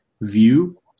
view